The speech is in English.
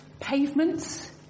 pavements